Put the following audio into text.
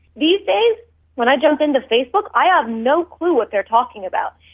these days when i jump into facebook i have no clue what they're talking about,